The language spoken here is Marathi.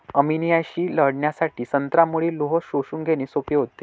अनिमियाशी लढण्यासाठी संत्र्यामुळे लोह शोषून घेणे सोपे होते